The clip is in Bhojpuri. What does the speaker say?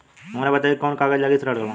हमरा बताई कि कौन कागज लागी ऋण ला?